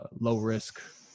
low-risk